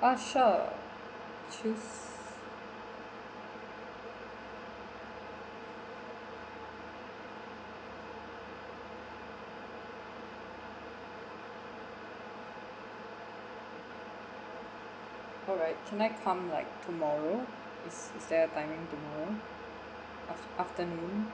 ah sure choose alright can I come like tomorrow is is there a timing tomorrow afternoon